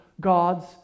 God's